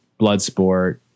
Bloodsport